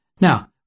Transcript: Now